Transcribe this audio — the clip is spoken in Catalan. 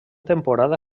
temporada